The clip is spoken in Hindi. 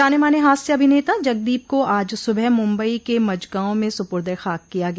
जाने माने हास्य अभिनेता जगदीप को आज सूबह मुम्बई के मजगांव में सुपुर्द ए खाक किया गया